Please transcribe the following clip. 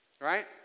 right